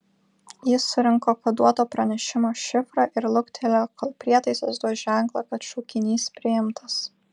jis surinko koduoto pranešimo šifrą ir luktelėjo kol prietaisas duos ženklą kad šaukinys priimtas